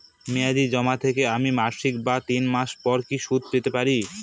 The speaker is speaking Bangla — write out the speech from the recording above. মেয়াদী জমা থেকে আমি মাসিক বা তিন মাস পর কি সুদ পেতে পারি?